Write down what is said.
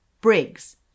Briggs